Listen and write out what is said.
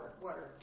water